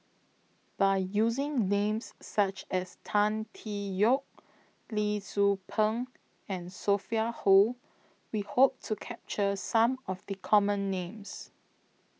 By using Names such as Tan Tee Yoke Lee Tzu Pheng and Sophia Hull We Hope to capture Some of The Common Names